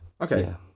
Okay